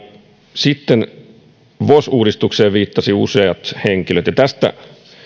vos uudistukseen viittasivat useat henkilöt tästä